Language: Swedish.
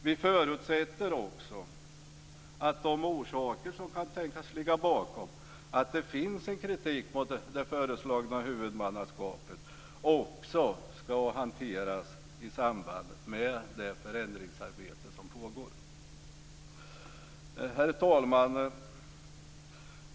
Vi förutsätter också att de orsaker som kan tänkas ligga bakom att det finns en kritik mot det föreslagna huvudmannaskapet skall hanteras i samband med det förändringsarbete som pågår. Herr talman!